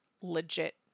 legit